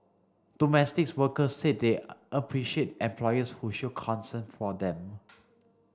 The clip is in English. domestic workers said they appreciate employers who show concern for them